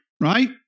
right